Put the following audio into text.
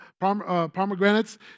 pomegranates